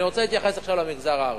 אני רוצה להתייחס עכשיו למגזר הערבי.